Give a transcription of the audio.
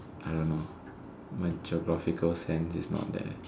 I don't know my geographical sense is not there